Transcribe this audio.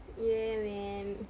ya man